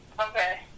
Okay